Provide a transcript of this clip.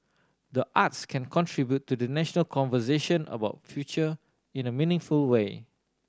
the arts can contribute to the national conversation about future in the meaningful way